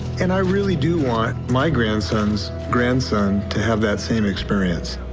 and i really do want my grandson's grandson to have that same experience.